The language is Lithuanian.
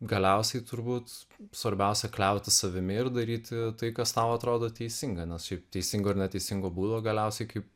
galiausiai turbūt svarbiausia kliautis savimi ir daryti tai kas tau atrodo teisinga nes šiaip teisingo ir neteisingo būdo galiausiai kaip